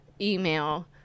email